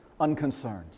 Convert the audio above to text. unconcerned